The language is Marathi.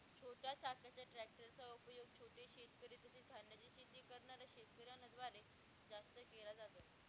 दोन चाकाच्या ट्रॅक्टर चा उपयोग छोटे शेतकरी, तसेच धान्याची शेती करणाऱ्या शेतकऱ्यांन द्वारे जास्त केला जातो